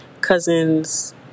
cousins